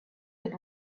its